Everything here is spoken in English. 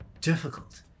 difficult